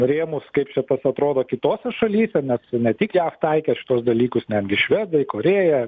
rėmus kaip čia tas atrodo kitose šalyse nes ne tik jav taikė šituos dalykus netgi švedai korėja